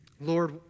Lord